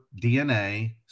DNA